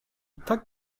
tak